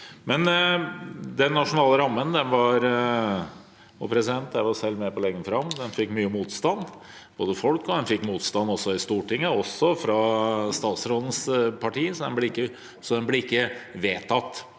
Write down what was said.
den nasjonale rammen. Den fikk mye motstand, både i folket og i Stortinget, også fra statsrådens parti, så den ble ikke vedtatt.